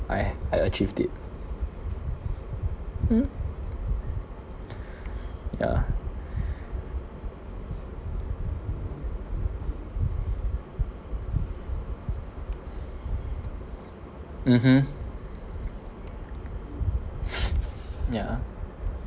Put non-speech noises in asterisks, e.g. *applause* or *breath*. I I achieved it *noise* *breath* yeah *breath* mmhmm *noise* yeah